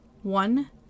One